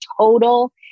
total